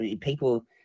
people